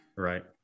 right